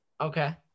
Okay